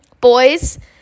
boys